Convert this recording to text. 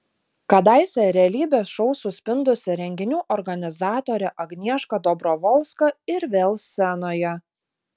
kadaise realybės šou suspindusi renginių organizatorė agnieška dobrovolska ir vėl scenoje